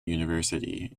university